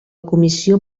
comissió